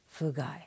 Fugai